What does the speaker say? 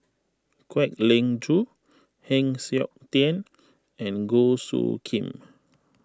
Kwek Leng Joo Heng Siok Tian and Goh Soo Khim